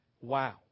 Wow